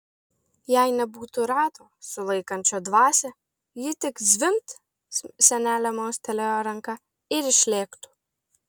jei nebūtų rato sulaikančio dvasią ji tik zvimbt senelė mostelėjo ranka ir išlėktų